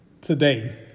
today